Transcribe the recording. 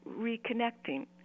reconnecting